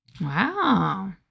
Wow